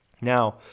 now